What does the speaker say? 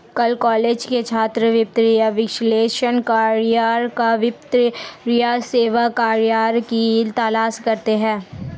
कुछ कॉलेज के छात्र वित्तीय विश्लेषक करियर या वित्तीय सेवा करियर की तलाश करते है